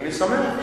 אני שמח.